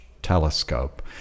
telescope